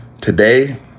Today